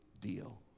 deal